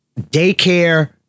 daycare